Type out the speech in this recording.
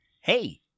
Hey